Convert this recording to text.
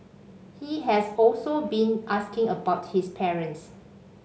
he has also been asking about his parents